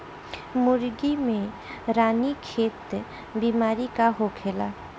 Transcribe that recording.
मुर्गी में रानीखेत बिमारी का होखेला?